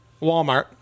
Walmart